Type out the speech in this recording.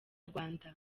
rwanda